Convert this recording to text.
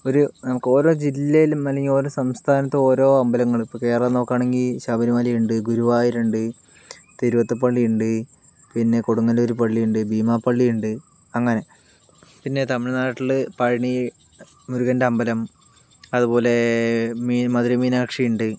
ഒരു നമുക്കോരോ ജില്ലയിലും അല്ലങ്കിൽ ഓരോ സംസ്ഥാനത്തും ഓരോ അമ്പലങ്ങള് ഇപ്പോൾ കേരളം നോക്കുവാണെങ്കിൽ ശബരിമല ഉണ്ട് ഗുരുവായുരുണ്ട് തിരുവത്ത പള്ളി ഉണ്ട് പിന്നെ കൊടുങ്ങല്ലൂര് പള്ളി ഉണ്ട് ബീമാ പള്ളി ഉണ്ട് അങ്ങനെ പിന്നെ തമിഴ്നാട്ടില് പഴനി മുരുകൻ്റെ അമ്പലം അതുപോലെ മീ മധുര മീനാക്ഷി ഉണ്ട്